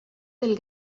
del